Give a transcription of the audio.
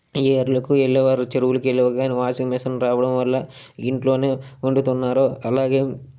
ఏర్లకు వెళ్ళేవారు చెరువులకు వెళ్ళేవారు కానీ వాషింగ్ మషిన్ రావడం వలన ఇంట్లోనే ఉండుతున్నారు అలాగే